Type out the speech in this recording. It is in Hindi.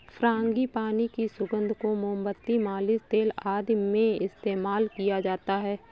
फ्रांगीपानी की सुगंध को मोमबत्ती, मालिश तेल आदि में इस्तेमाल किया जाता है